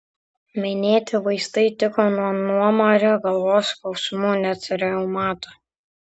minėti vaistai tiko nuo nuomario galvos skausmų net reumato